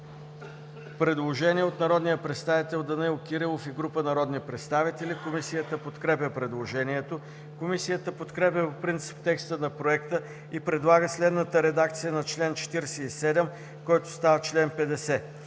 предложение от народния представител Мустафа Карадайъ и група народни представители. Комисията подкрепя предложението. Комисията подкрепя по принцип текста на проекта и предлага следната редакция за чл. 44а, който става чл.